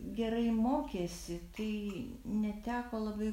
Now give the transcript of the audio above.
gerai mokėsi tai neteko labai